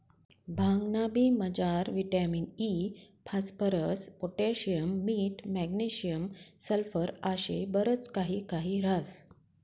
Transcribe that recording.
भांगना बी मजार विटामिन इ, फास्फरस, पोटॅशियम, मीठ, मॅग्नेशियम, सल्फर आशे बरच काही काही ह्रास